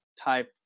type